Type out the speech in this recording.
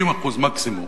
30% מקסימום,